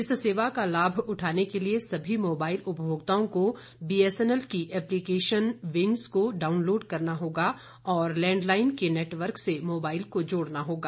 इस सेवा का लाभ उठाने के लिए सभी मोबाइल उपभोक्ताओं को बी एस एन एल की एप्लीकेशन विंग्स को डाउनलोड करना होगा और लैंडलाइन के नेटवर्क से मोबाइल को जोड़ना होगा